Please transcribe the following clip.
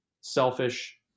selfish